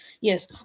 Yes